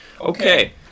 Okay